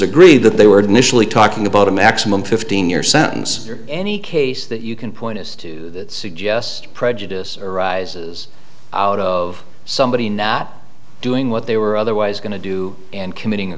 agreed that they were initially talking about a maximum fifteen year sentence for any case that you can point to suggest prejudice arises out of somebody not doing what they were otherwise going to do and committing